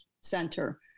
Center